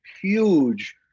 huge